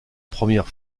première